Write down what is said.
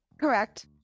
Correct